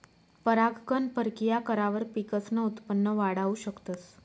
परागकण परकिया करावर पिकसनं उत्पन वाढाऊ शकतस